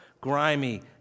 grimy